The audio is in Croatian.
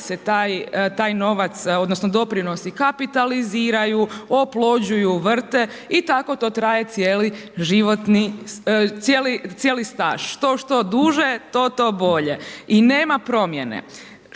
dalje se taj novac odnosno doprinosi kapitaliziraju, oplođuju, vrte i tako to traje cijeli životni, cijeli staž. To što duže, to bolje. I nema promjene.